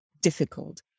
difficult